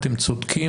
אתם צודקים,